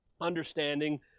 understanding